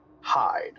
hide